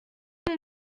mon